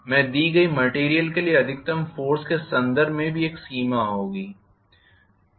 मैं दी गई मेटीरियल के लिए अधिकतम फोर्स के संदर्भ में भी एक सीमा होगी